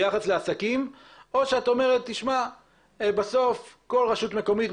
ביחס לעסקים או שאת אומרת שבסוף כל רשות מקומית,